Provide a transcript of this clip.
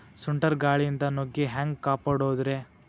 ಸುಂಟರ್ ಗಾಳಿಯಿಂದ ನುಗ್ಗಿ ಹ್ಯಾಂಗ ಕಾಪಡೊದ್ರೇ?